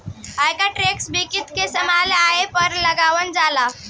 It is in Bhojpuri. आयकर टैक्स व्यक्ति के सालाना आय पर लागावल जाला